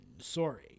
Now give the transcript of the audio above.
sorry